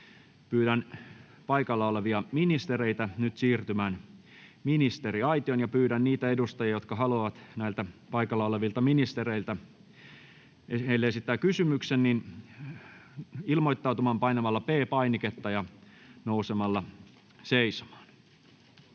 Pyydän paikalla olevia ministereitä siirtymään ministeriaitioon. Pyydän niitä edustajia, jotka haluavat esittää kysymyksen paikalla oleville ministereille, ilmoittautumaan painamalla P-painiketta ja nousemalla seisomaan.